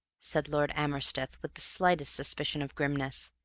said lord amersteth, with the slightest suspicion of grimness.